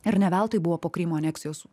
ir ne veltui buvo po krymo aneksijos